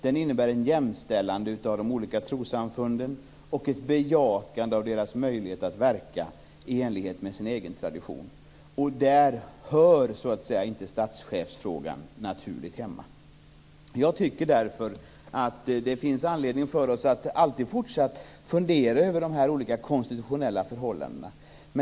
Den innebär ett jämställande av de olika trossamfunden och ett bejakande av deras möjligheter att verka i enlighet med sina egna traditioner. Där hör statschefsfrågan inte naturligt hemma. Jag tycker därför att vi har anledning att fortsatt fundera över de olika konstitutionella förhållandena.